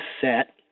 set